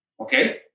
okay